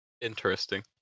Interesting